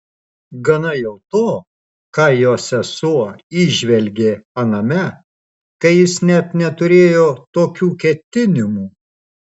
gana jau to ką jo sesuo įžvelgė aname kai jis net neturėjo tokių ketinimų